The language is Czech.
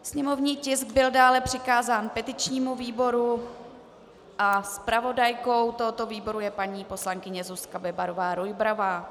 Sněmovní tisk byl dále přikázán petičnímu výboru a zpravodajkou tohoto výboru je paní poslankyně Zuzka Bebarová Rujbrová.